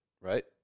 right